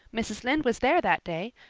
mrs. lynde was there that day,